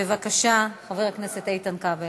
בבקשה, חבר הכנסת איתן כבל.